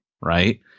right